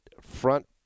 front